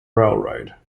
railroad